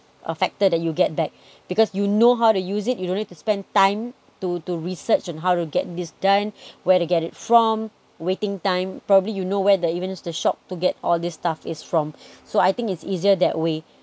a factor that you'll get back because you know how to use it you don't need to spend time to to research on how to get this done where to get it from waiting time probably you know where the even the shop to get all this stuff is from so I think it's easier that way